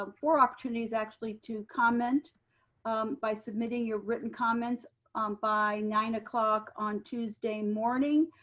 um four opportunities actually to comment by submitting your written comments um by nine o'clock on tuesday morning.